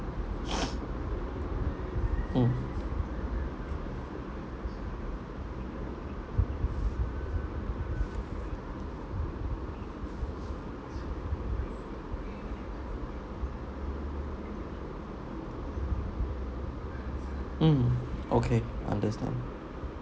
mm okay understand